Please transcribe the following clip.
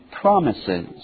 promises